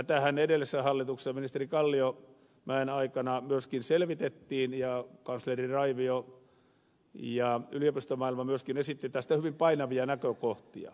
tätähän edellisessä hallituksessa ministeri kalliomäen aikana myöskin selvitettiin ja kansleri raivio ja yliopistomaailma myöskin esittivät tästä hyvin painavia näkökohtia